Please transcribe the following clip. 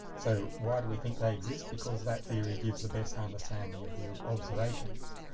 so why do we think they exist? because that theory gives the best understanding of the observations,